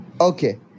Okay